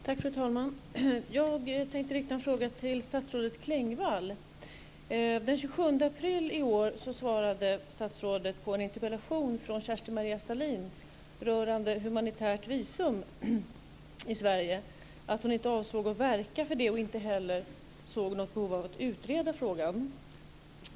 Fru talman! Jag tänkte rikta en fråga till statsrådet Klingvall. Den 27 april i år svarade statsrådet på en interpellation från Kerstin-Maria Stalin rörande humanitärt visum i Sverige att hon inte avsåg att verka för det och inte heller såg något behov av att utreda frågan.